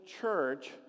church